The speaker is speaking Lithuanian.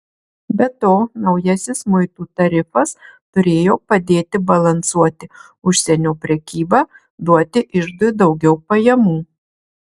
be to naujasis muitų tarifas turėjo padėti balansuoti užsienio prekybą duoti iždui daugiau pajamų